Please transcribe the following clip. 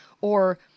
or-